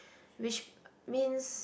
which means